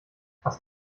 hast